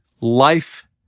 life